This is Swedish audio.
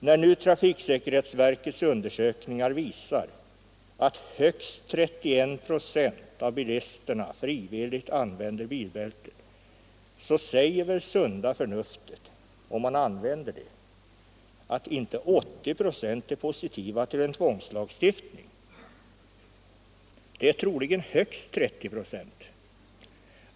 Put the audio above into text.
När nu trafiksäkerhetsverkets undersökningar visar att högst 31 procent av bilisterna frivilligt använder bilbälte säger väl sunda förnuftet — om man gör bruk av det — att inte 80 procent är positiva till en tvångslagstiftning. Det är troligen högst 30 procent som är det.